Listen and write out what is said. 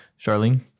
Charlene